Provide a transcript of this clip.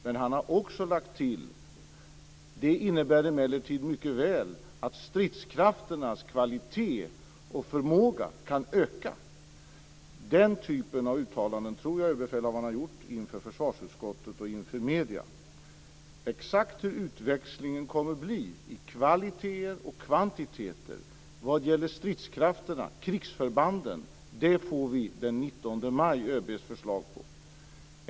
Men han har också lagt till att det emellertid innebär att stridskrafternas kvalitet och förmåga mycket väl kan öka. Den typen av uttalanden tror jag att överbefälhavaren har gjort inför försvarsutskottet och medierna. Den 19 maj får vi ÖB:s förslag om exakt hur utväxlingen kommer att bli i fråga om kvalitet och kvantitet när det gäller stridskrafterna och krigsförbanden.